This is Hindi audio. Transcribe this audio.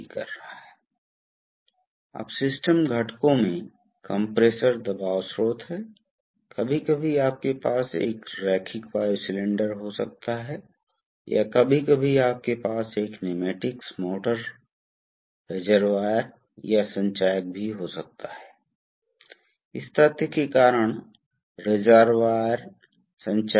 तो जाहिर है आप उच्च शक्ति वजन अनुपात के लिए हाइड्रोलिक्स का उपयोग करते हैं कभी कभी आप बिजली भार अनुपात में सुधार कर सकते हैं और हाइड्रोलिक्स के कई चरणों का उपयोग करके बहुत अधिक भार ड्राइव कर सकते हैं